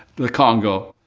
the congo.